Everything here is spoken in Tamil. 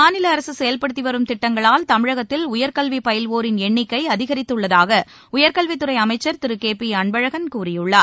மாநில அரசு செயல்படுத்தி வரும் திட்டங்களால் தமிழகத்தில் உயர்கல்வி பயில்வோரின் எண்ணிக்கை அதிகரித்துள்ளதாக உயர்கல்வித்துறை அமைச்சர் திரு கே பி அன்பழகன் கூறியுள்ளார்